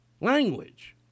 language